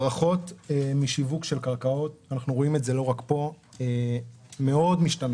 ההערכות משיווק של קרקעות אנחנו רואים את זה לא רק פה מאוד משתנות.